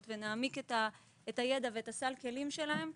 ונעמיק את הידע ואת סל הכלים שלהן,